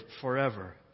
forever